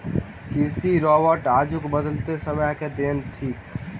कृषि रोबोट आजुक बदलैत समय के देन थीक